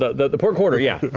the port quarter, yeah, yeah.